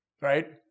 right